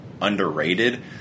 underrated